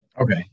okay